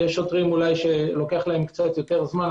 יש שוטרים שלוקח להם יותר זמן.